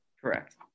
Correct